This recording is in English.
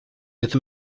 with